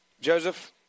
Joseph